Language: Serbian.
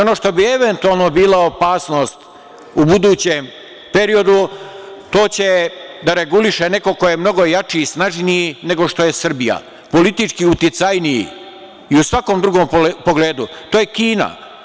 Ono što bi eventualno bila opasnost u budućem periodu, to će da reguliše neko ko je mnogo jači i snažniji nego što je Srbija, politički uticajniji i u svakom drugom pogledu, a to je Kina.